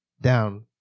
down